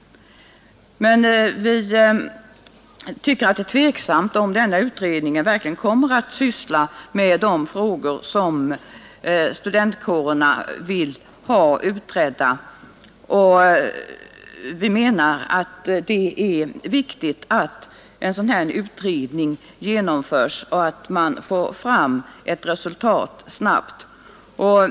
Vi tycker emellertid att det är tveksamt om den utredningen verkligen kommer att syssla med de frågor som studentkårerna vill ha utredda. Vi menar att det är viktigt att en sådan utredning genomförs och att man får fram ett resultat snabbt.